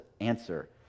answer